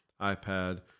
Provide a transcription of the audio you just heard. iPad